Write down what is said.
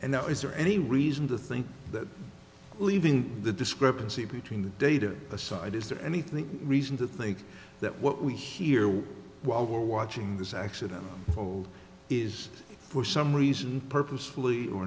though is there any reason to think that leaving the discrepancy between the data aside is there anything reason to think that what we hear while we're watching this accident is for some reason purposefully or